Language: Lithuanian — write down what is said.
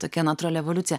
tokia natūrali evoliucija